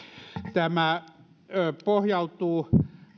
tämä pohjautuu